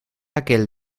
aquel